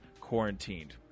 quarantined